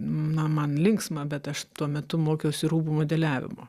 na man linksma bet aš tuo metu mokiausi rūbų modeliavimo